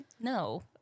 No